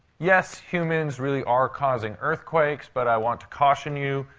yes, humans really are causing earthquakes, but i want to caution you,